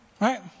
right